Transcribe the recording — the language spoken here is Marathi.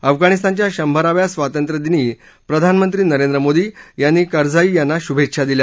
अफगाणिस्तानच्या शंभराव्या स्वातंत्र्यदिनी प्रधानमंत्री नरेंद्र मोदी यांनी करझाई यांना शुभेच्छा दिल्या